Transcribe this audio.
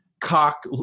cock